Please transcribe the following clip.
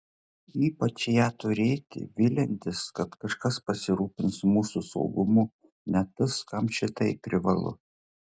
ypač ją turėti viliantis kad kažkas pasirūpins mūsų saugumu net tas kam šitai privalu